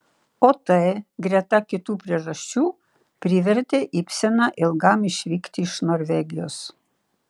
o tai greta kitų priežasčių privertė ibseną ilgam išvykti iš norvegijos